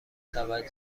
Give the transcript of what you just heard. متوجه